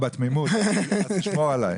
תשמור עליי.